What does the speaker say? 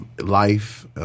life